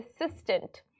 assistant